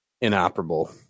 inoperable